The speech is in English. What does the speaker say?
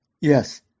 Yes